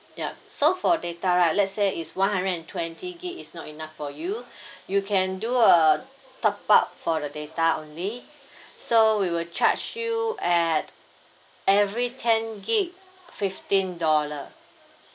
yup so for data right let's say is one hundred and twenty gig is not enough for you you can do a top up for the data only so we will charge you at every ten gig fifteen dollar